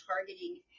targeting